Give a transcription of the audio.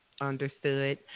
Understood